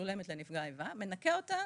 שמשולמת לנפגע האיבה, מנכה אותה